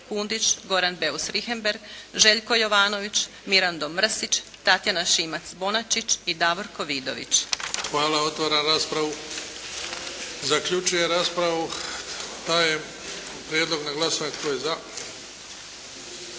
Hvala. Otvaram raspravu. Zaključujem raspravu. Dajem prijedlog na glasovanje. Tko je za?